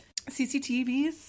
CCTVs